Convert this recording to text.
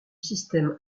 système